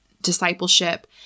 discipleship